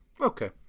Okay